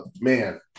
man –